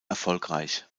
erfolgreich